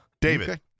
David